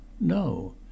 no